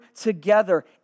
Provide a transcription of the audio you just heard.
together